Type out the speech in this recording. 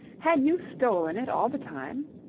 had you stolen it all the time?